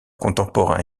contemporains